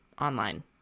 online